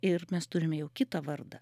ir mes turime jau kitą vardą